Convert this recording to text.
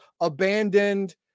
abandoned